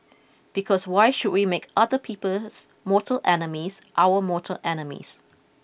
because why should we make other people's mortal enemies our mortal enemies